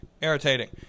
irritating